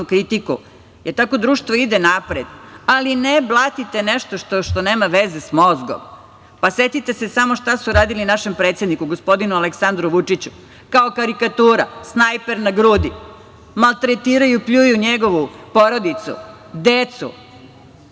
kritiku, jer tako društvo ide napred. Ali ne blatite nešto što nema veze s mozgom. Setite se samo šta su radili našem predsedniku gospodinu Aleksandru Vučiću, kao karikatura, snajper na grudi. Maltretiraju, pljuju njegovu porodicu, decu.